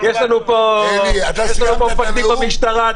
יש לנו פה מפקדים במשטרה,